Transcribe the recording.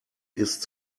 ist